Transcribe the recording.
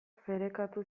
ferekatu